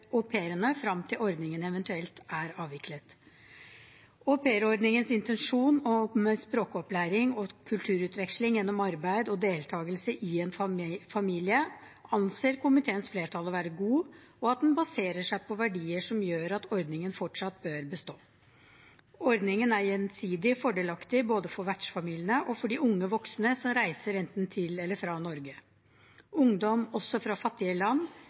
til ordningen eventuelt er avviklet. Aupairordningens intensjon om språkopplæring og kulturutveksling gjennom arbeid og deltakelse i en familie anser komiteens flertall å være god, og at den baserer seg på verdier som gjør at ordningen fortsatt bør bestå. Ordningen er gjensidig fordelaktig både for vertsfamiliene og for de unge voksne som reiser enten til eller fra Norge. Ungdom, også fra fattige land,